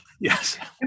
Yes